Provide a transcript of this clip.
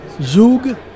Zug